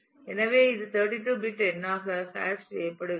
எனவே இது 32 பிட் எண்ணாக ஹேஷ் செய்யப்படுகிறது